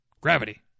gravity